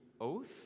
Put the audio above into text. oath